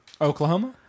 Oklahoma